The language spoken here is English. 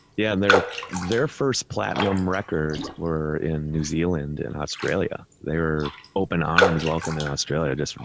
yeah. and their their first platinum records were in new zealand and australia. they were open arms welcomed in australia, just,